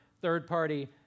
third-party